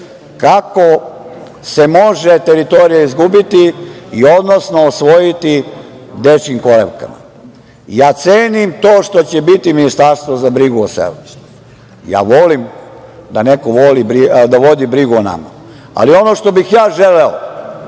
kako se može teritorija izgubiti, odnosno osvojiti dečjim kolevkama. Cenim to što će biti ministarstvo za brigu o selu, volim da neko vodi brigu o nama, ali ono što bih ja želeo,